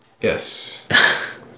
yes